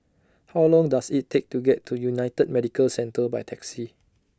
How Long Does IT Take to get to United Medicare Centre By Taxi